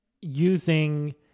using